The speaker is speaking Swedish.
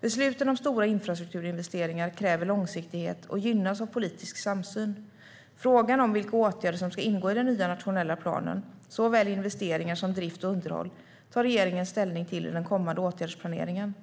Besluten om stora infrastrukturinvesteringar kräver långsiktighet och gynnas av politisk samsyn. Frågan om vilka åtgärder som ska ingå i den nya nationella planen, såväl investeringar som drift och underhåll, tar regeringen ställning till i den kommande åtgärdsplaneringen.